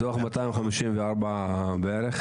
מתוך 254 רשויות בערך?